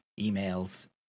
emails